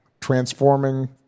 transforming